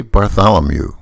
Bartholomew